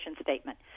statement